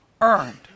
earned